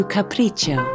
Capriccio